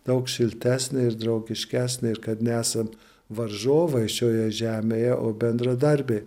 daug šiltesnį ir draugiškesnį ir kad nesam varžovai šioje žemėje o bendradarbiai